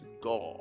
God